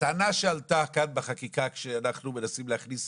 הטענה שעלתה כאן בחקיקה, כשאנחנו מנסים להכניס